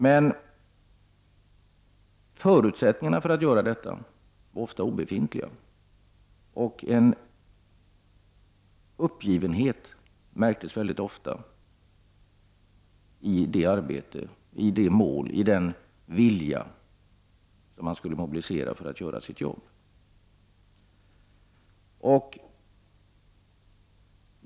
Men förutsättningarna för att kunna göra detta var ofta obefintliga, och en uppgivenhet märktes många gånger när det gällde den vilja som man skulle mobilisera för att göra sitt jobb.